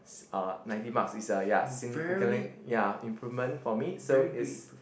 uh ninety marks is uh ya significantly ya improvement for me so is